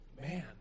man